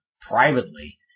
privately